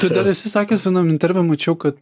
tu dar esi sakęs vienam interve mačiau kad